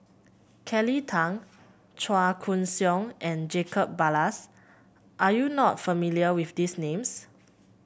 Kelly Tang Chua Koon Siong and Jacob Ballas are you not familiar with these names